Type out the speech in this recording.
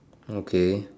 okay